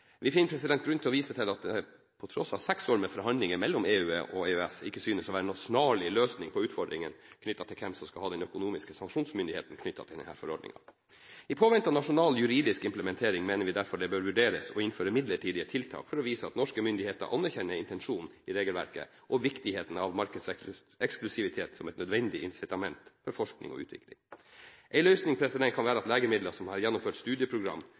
Vi finner grunn til å vise til at det på tross av seks år med forhandlinger mellom EU og EØS, ikke synes å være noen snarlig løsning på utfordringene knyttet til hvem som skal ha den økonomiske sanksjonsmyndigheten til denne forordningen. I påvente av nasjonal juridisk implementering mener vi derfor det bør vurderes å innføre midlertidige tiltak for å vise at norske myndigheter anerkjenner intensjonen i regelverket og viktigheten av markedseksklusivitet som et nødvendig insitament for forskning og utvikling. En løsning kan være at legemidler som har gjennomført studieprogram,